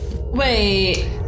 Wait